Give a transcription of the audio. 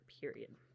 period